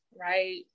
right